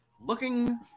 looking